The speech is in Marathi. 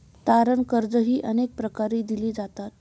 तारण कर्जेही अनेक प्रकारे दिली जातात